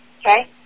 Okay